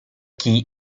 key